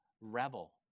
revel